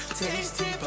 tasty